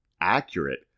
accurate